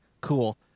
cool